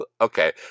Okay